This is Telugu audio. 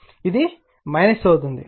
కాబట్టి ఇది అవుతుంది